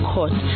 Court